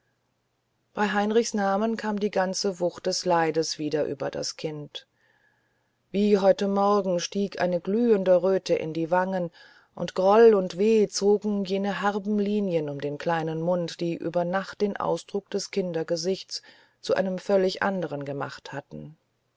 bei heinrichs namen kam die ganze wucht des leides wieder über das kind wie heute morgen stieg eine glühende röte in die wangen und groll und weh zogen jene herben linien um den kleinen mund die über nacht den ausdruck des kindergesichts zu einem völlig anderen gemacht hatten